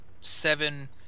seven